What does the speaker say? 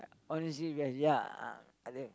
honesty is the best ya and then